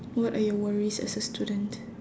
what are your worries as a student